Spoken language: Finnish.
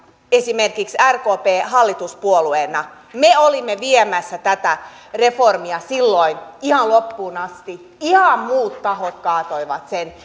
esimerkiksi rkp hallituspuolueena me olimme viemässä tätä reformia silloin ihan loppuun asti ihan muut tahot kaatoivat sen